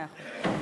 מאה אחוז.